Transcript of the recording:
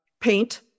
paint